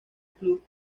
club